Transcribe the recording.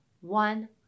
one